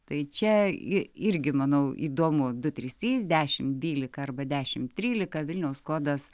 tai čia irgi manau įdomudu trys trys dešimt dvylika arba dešimt trylika vilniaus kodas